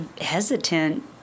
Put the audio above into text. hesitant